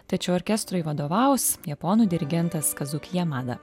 tačiau orkestrui vadovaus japonų dirigentas kazukija mada